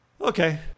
Okay